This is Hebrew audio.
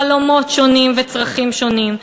חלומות שונים וצרכים שונים.